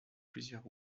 plusieurs